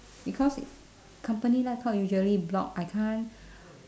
because company laptop usually block I can't